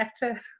better